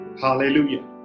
hallelujah